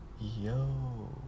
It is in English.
Yo